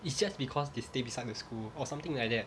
it's just because they stay beside the school or something like that